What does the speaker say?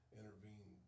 intervene